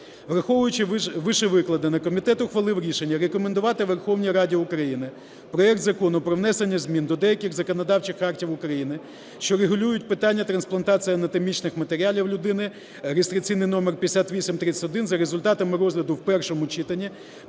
Враховуючи вищевикладене, комітет ухвалив рішення рекомендувати Верховній Раді України проект Закону про внесення змін до деяких законодавчих актів України, що регулюють питання трансплантації анатомічних матеріалів людині (реєстраційний номер 5831) за результатами розгляду в першому читанні